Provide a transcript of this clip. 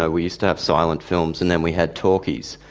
ah we used to have silent films and then we had talkies.